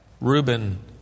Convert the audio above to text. Reuben